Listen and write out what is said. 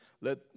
let